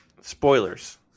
spoilers